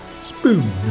Spoon